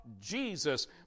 Jesus